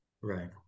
right